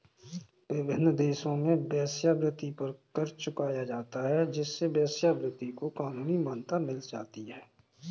विभिन्न देशों में वेश्यावृत्ति पर कर चुकाया जाता है जिससे वेश्यावृत्ति को कानूनी मान्यता मिल जाती है